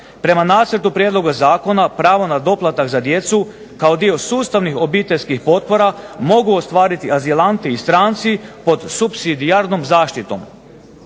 Prema Nacrtu prijedloga zakona pravo na doplatak za djecu kao dio sustavnih obiteljskih potpora mogu ostvariti azilanti i stranci pod supsidijarnom zaštitom.